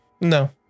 No